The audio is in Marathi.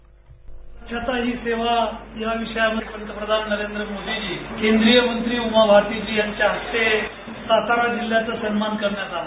स्वच्छता ही सेवा या विषयावर नरेंद्र मोदीजी केंद्रीय मंत्री उमाभारतीजी यांच्या हस्ते सातारा जिल्याचा सन्मान करण्यात आला